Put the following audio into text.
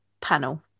panel